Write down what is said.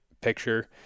picture